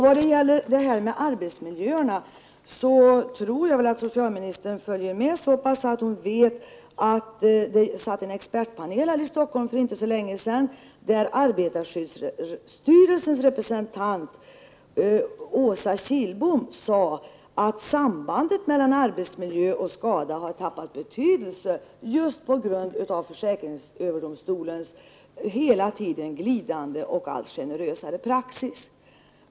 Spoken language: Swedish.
Vad gäller arbetsmiljöerna tror jag att socialministern följer med så pass att hon vet att det satt en expertpanel här i Stockholm för inte så länge sedan, där arbetarskyddsstyrelsens representant Åsa Kilbom sade att sambandet mellan arbetsmiljö och skada har tappat betydelsen på grund av försäkringsöverdomstolens hela tiden glidande och allt generösare praxis.